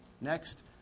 Next